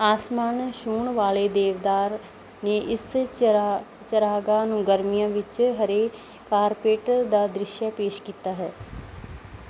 ਆਸਮਾਨ ਛੂਹਣ ਵਾਲੇ ਦੇਵਦਾਰ ਨੇ ਇਸ ਚਰਾਹ ਚਰਾਗਾਹ ਨੂੰ ਗਰਮੀਆਂ ਵਿੱਚ ਹਰੇ ਕਾਰਪੇਟ ਦਾ ਦ੍ਰਿਸ਼ ਪੇਸ਼ ਕੀਤਾ ਹੈ